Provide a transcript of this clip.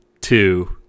two